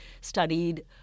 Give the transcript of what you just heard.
studied